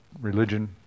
religion